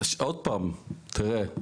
עוד פעם, תראה.